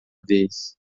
vez